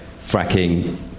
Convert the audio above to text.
fracking